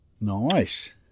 Nice